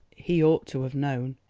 he ought to have known.